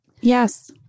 Yes